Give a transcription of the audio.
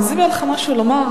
אז אם יהיה לך משהו לומר,